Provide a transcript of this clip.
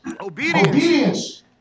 obedience